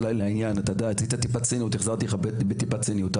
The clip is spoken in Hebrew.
דיברת בציניות אז החזרתי לך בטיפה ציניות.